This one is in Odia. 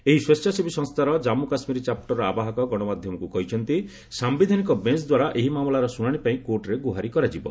ଏହି ସ୍ପେଚ୍ଛାସେବୀ ସଂସ୍ଥାର ଜାନ୍ମୁ କାଶ୍ମୀର ଚାପ୍ଟରର ଆବାହକ ଗଣମାଧ୍ୟମକ୍ କହିଛନ୍ତି ସାୟିଧାନିକ ବେଞ୍ଚ୍ ଦ୍ୱାରା ଏହି ମାମଲାର ଶୁଣାଣି ପାଇଁ କୋର୍ଟରେ ଗୁହାରି କରାଯିବ